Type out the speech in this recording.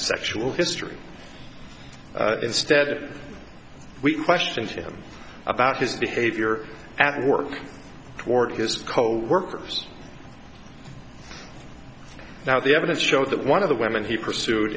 sexual history instead of we questioned him about his behavior at work toward his coworkers now the evidence showed that one of the women he pursued